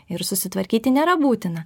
ir susitvarkyti nėra būtina